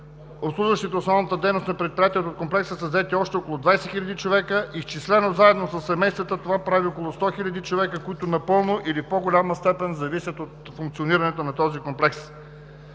Обслужващите основната дейност на предприятието в Комплекса са около 20 хиляди човека. Изчислено, заедно със семействата, това прави около 100 хиляди човека, които напълно или в по-голяма степен зависят от функционирането на този комплекс.